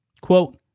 Quote